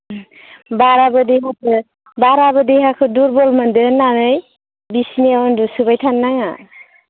बाराबो देहाखौ बाराबो देहाखौ दुरबल मोनदों होननानै बिसिनायाव उनदुसोबाय थानो नाङा